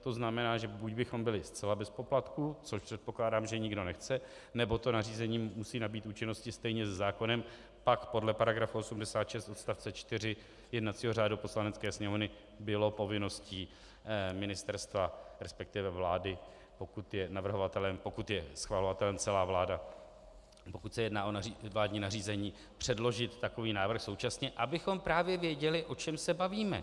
To znamená, že buď bychom byli zcela bez poplatků, což předpokládám, že nikdo nechce, nebo to nařízení musí nabýt účinnosti stejně se zákonem, pak podle § 86 odst. 4 jednacího řádu Poslanecké sněmovny bylo povinností ministerstva, resp. vlády, pokud je schvalovatelem celá vláda, pokud se jedná o vládní nařízení, předložit takový návrh současně, abychom právě věděli, o čem se bavíme.